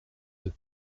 deux